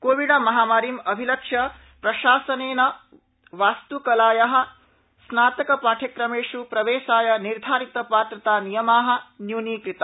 Covid महामारीम् अभिलक्ष्य प्रशासनेन वास्त्कलाया स्नातकपाठ्यक्रमेष् प्रवेशाय निर्धारित पात्रतानियमा न्यूनीकृता